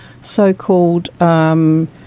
so-called